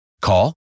Call